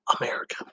America